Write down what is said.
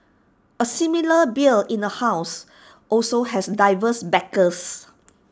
A similar bill in the house also has diverse backers